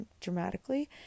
dramatically